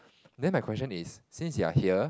then my question is since you're here